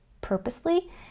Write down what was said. purposely